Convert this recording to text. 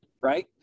right